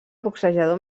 boxejador